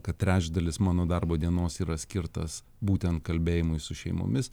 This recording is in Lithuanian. kad trečdalis mano darbo dienos yra skirtas būtent kalbėjimui su šeimomis